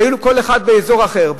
שיהיו כל אחד באזור אחר,